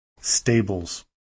Stables